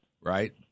Right